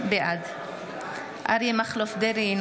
בעד אריה מכלוף דרעי,